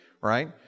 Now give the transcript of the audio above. right